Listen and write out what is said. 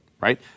right